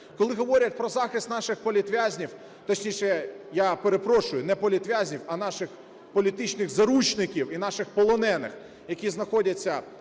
Коли говорять про захист наших політв'язнів, точніше, я перепрошую, не політв'язнів, а наших політичних заручників і наших полонених, які знаходяться